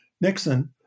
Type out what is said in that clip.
Nixon